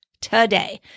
today